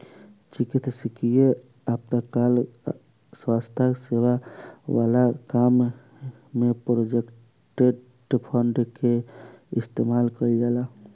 चिकित्सकीय आपातकाल स्वास्थ्य सेवा वाला काम में प्रोविडेंट फंड के इस्तेमाल कईल जाला